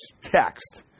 text